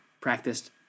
practiced